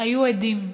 היו עדים,